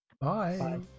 Bye